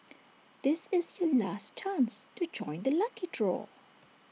this is your last chance to join the lucky draw